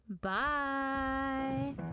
bye